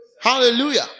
Hallelujah